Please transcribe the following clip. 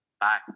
Bye